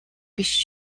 биш